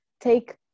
take